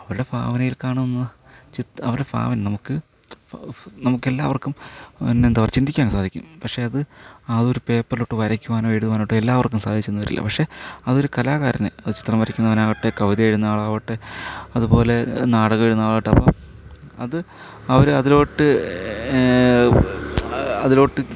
അവരുടെ ഭാവനയിൽ കാണുന്ന ചിത്രം അവരുടെ ഭാവന നമുക്ക് നമുക്ക് എല്ലാവർക്കും പിന്നെ എന്താണ് ചിന്തിക്കാൻ സാധിക്കും പക്ഷേ അത് അതൊരു പേപ്പറിലോട്ട് വരയ്ക്കുവാനും എഴുതുവാനായിട്ട് എല്ലാവർക്കും സാധിച്ചെന്നു വരില്ല പക്ഷെ അതൊരു കലാകാരന് ഒരു ചിത്രം ഒരു വരയ്ക്കുന്നവനാവട്ടെ കവിത എഴുതുന്ന ആളാവട്ടെ അതുപോലെ നാടകം എഴുതുന്നവരാകട്ടെ അപ്പോൾ അത് അവരെ അതിലോട്ട് അതിലോട്ട്